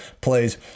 plays